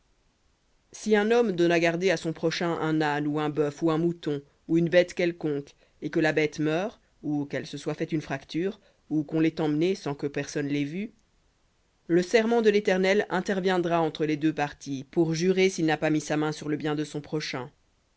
si un homme donne à garder à son prochain un âne ou un bœuf ou un mouton ou une bête quelconque et que la bête meure ou qu'elle se soit fait une fracture ou qu'on l'ait emmenée sans que personne l'ait vu le serment de l'éternel interviendra entre les deux s'il n'a pas mis sa main sur le bien de son prochain